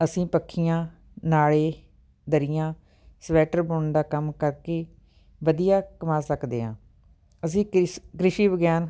ਅਸੀਂ ਪੱਖੀਆਂ ਨਾਲੇ ਦਰੀਆਂ ਸਵੈਟਰ ਬੁਣਨ ਦਾ ਕੰਮ ਕਰਕੇ ਵਧੀਆ ਕਮਾ ਸਕਦੇ ਹਾਂ ਅਸੀਂ ਕ੍ਰਿ ਕ੍ਰਿਸ਼ੀ ਵਿਗਿਆਨ